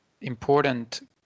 important